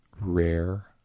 rare